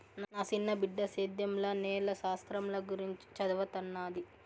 నా సిన్న బిడ్డ సేద్యంల నేల శాస్త్రంల గురించి చదవతన్నాది